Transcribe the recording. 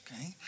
okay